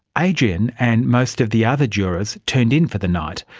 adrian and most of the other jurors turned in for the night.